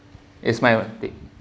it's mu own take